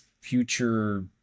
future